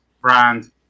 brand